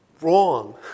Wrong